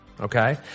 Okay